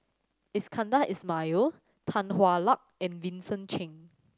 Iskandar Ismail Tan Hwa Luck and Vincent Cheng